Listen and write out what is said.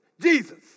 Jesus